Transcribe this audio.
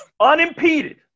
Unimpeded